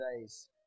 days